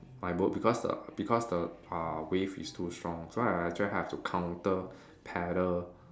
my boat because the because the uh wave is too strong so I I actually have to counter paddle